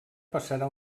passarà